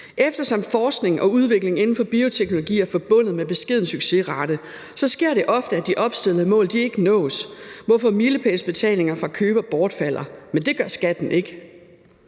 Eftersom forskning og udvikling inden for bioteknologi er forbundet med en beskeden succesrate, sker det ofte, at de opstillede mål ikke nås, hvorfor milepælsbetalinger fra køber bortfalder, men det gør skatten ikke.